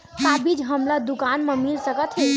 का बीज हमला दुकान म मिल सकत हे?